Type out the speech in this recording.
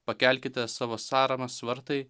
pakelkite savo sąramas vartai